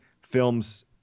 films